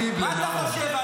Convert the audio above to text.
מה את עושה לי ככה?